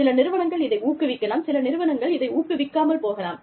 சில நிறுவனங்கள் இதை ஊக்குவிக்கலாம் சில நிறுவனங்களை இதை ஊக்குவிக்காமல் போகலாம்